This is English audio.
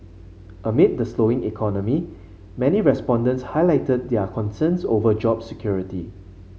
amid the slowing economy many respondents highlighted their concerns over job security